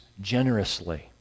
generously